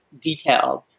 detailed